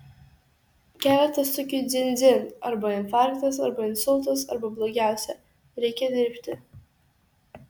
keletas tokių dzin dzin arba infarktas arba insultas arba blogiausia reikia dirbti